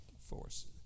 force